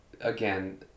again